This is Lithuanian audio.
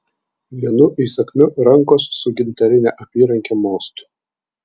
vienu įsakmiu rankos su gintarine apyranke mostu